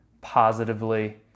positively